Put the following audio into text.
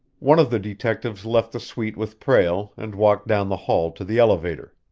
one of the detectives left the suite with prale and walked down the hall to the elevator.